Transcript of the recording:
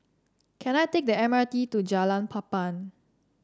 can I take the M R T to Jalan Papan